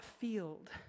field